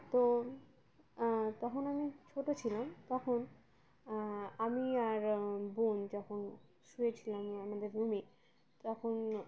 তো তখন আমি ছোটো ছিলাম তখন আমি আর বোন যখন শুয়েছিলাম আমাদের রুমে তখন